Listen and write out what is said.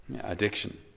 addiction